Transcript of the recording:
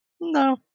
No